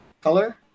color